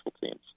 teams